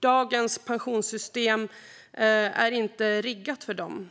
Dagens pensionssystem är inte riggat för dem.